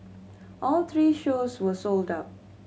all three shows were sold out